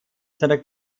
seiner